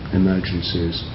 emergencies